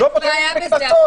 מה הבעיה בזה?